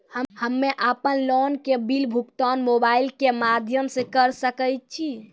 हम्मे अपन लोन के बिल भुगतान मोबाइल के माध्यम से करऽ सके छी?